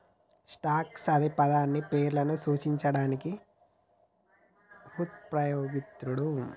stocks అనే పదాన్ని షేర్లను సూచించడానికి వుపయోగిత్తండ్రు